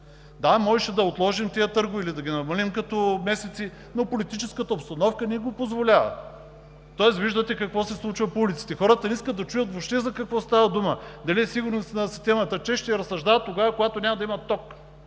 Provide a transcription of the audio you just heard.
Да, можеше да отложим тези търгове или да ги намалим като месеци, но политическата обстановка не го позволява. Тоест виждате какво се случва по улиците, хората не искат да чуят въобще за какво става дума – дали е сигурна системата. Те ще разсъждават тогава, когато няма да имат ток,